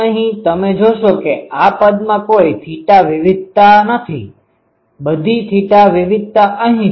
અહીં તમે જોશો કે આ પદમાં કોઈ θ વિવિધતા નથી બધી θ વિવિધતા અહી છે